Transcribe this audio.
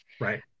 Right